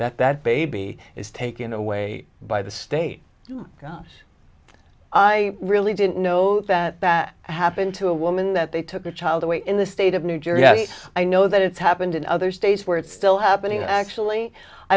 that that baby is taken away by the state i really didn't know that that happened to a woman that they took the child away in the state of new jersey i know that it's happened in other states where it's still happening actually i